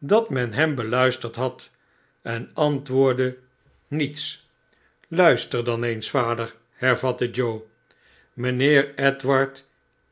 dat men hem beluisterd had en antwoordde niets sluister dan eens vader hervatte joe mijnheer edward